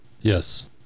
Yes